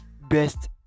best